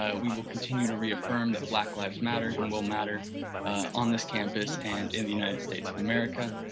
um we will continue to reaffirm that black lives matter and will matter on this campus and in the united states of america